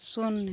शून्य